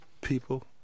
people